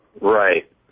Right